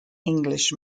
english